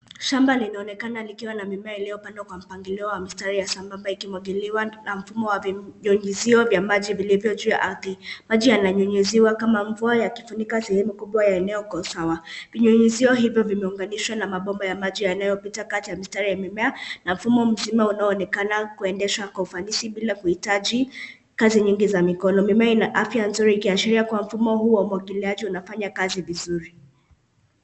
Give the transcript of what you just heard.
Shamba linaonekana ikiwa na mimea iliyopandwa kwa mpangilio wa mistari ya na ikimwangiliwa na mfumo wa vinyunyizio vya maji vilivyo juu ya ardhi. Maji yananyunyiziwa kama mvua yakifunika sehemu kubwa ya eneoko sawa. Vinyunyuzio hivyo vimeunganishwa na mabomba ya maji yaliopita kati ya mistari ya mimea na mfumo mzima unaonekana kuendeshwa kwa ufanisi bila kuhitaji kazi nyingi za mikono. Mimea na afya nzuri ikiashiria mfumo huu wa umwangiliaji unafanya kazi vizuri.